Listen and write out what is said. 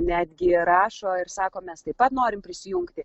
netgi rašo ir sako mes taip pat norim prisijungti